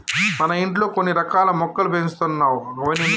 మన ఇంట్లో కొన్ని రకాల మొక్కలు పెంచుతున్నావ్ గవన్ని ఎందుకసలు